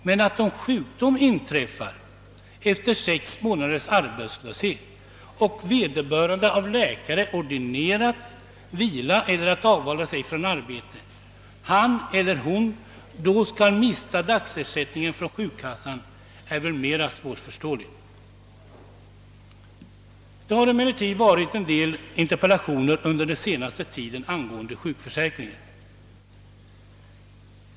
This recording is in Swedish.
Men att han, om han drabbas av sjukdom efter sex månaders arbetslöshet och av läkare ordineras vila, mister dagersättningen från sjukkassan är väl mera svårförståeligt. Det har förekommit en del interpellationer under den senaste tiden angående sjukförsäkringen.